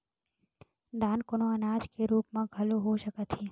दान कोनो अनाज के रुप म घलो हो सकत हे